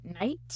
night